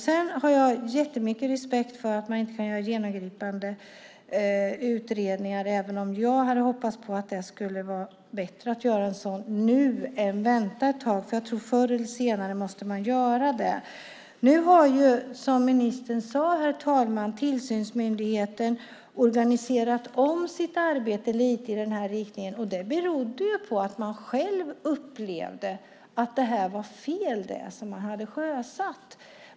Sedan har jag jättemycket respekt för att man inte kan göra genomgripande utredningar, även om jag tycker att det skulle vara bättre att göra en sådan nu än att vänta ett tag, för jag tror att man förr eller senare måste göra det. Herr talman! Nu har, som ministern sade, tillsynsmyndigheten organiserat om sitt arbete lite i den här riktningen. Det beror på att man själv upplevde att det som man hade sjösatt var fel.